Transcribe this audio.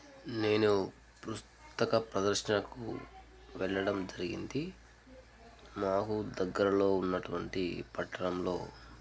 నేను పుస్తక ప్రదర్శనకు వెళ్ళడం జరిగింది మాకు దగ్గరలో ఉన్నటువంటి పట్టణంలో